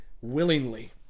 willingly